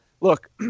look